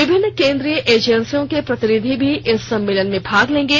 विभिन्न केंद्रीय एजेंसियों के प्रतिनिधि भी इस सम्मेलन में भाग लेंगे